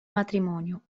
matrimonio